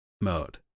mode